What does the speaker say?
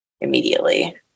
Immediately